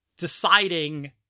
deciding